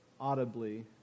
audibly